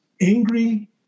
angry